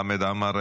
חמד עמר,